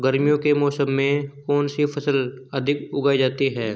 गर्मियों के मौसम में कौन सी फसल अधिक उगाई जाती है?